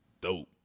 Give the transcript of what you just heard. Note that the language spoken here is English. dope